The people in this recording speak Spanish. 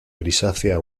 grisácea